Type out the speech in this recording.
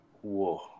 whoa